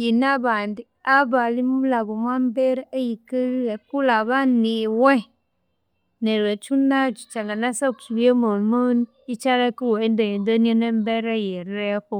yinabandi abanimulha omwa mbere eyikalhire kulhaba niwe neryo ekyu nakyo kyanganasakusubya mwamani, ikyalheka yiwawenda yendania nembera eyiriho